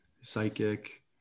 psychic